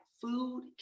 food